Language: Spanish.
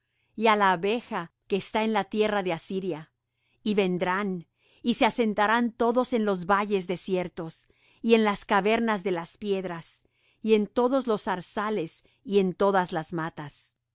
á la abeja que está en la tierra de asiria y vendrán y se asentarán todos en los valles desiertos y en las cavernas de las piedras y en todos los zarzales y en todas las matas